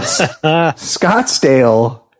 Scottsdale